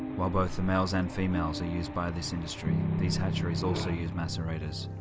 while both the males and females are used by this industry, these hatcheries also use macerators,